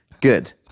Good